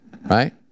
Right